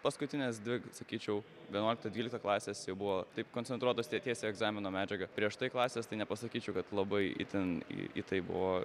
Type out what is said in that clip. paskutines dvi sakyčiau vienuolikta dvylikta klasėse jau buvo taip koncentruotos tie tiesiai į egzamino medžiagą prieš tai klasės tai nepasakyčiau kad labai itin į į tai buvo